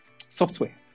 software